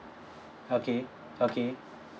okay okay